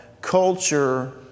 culture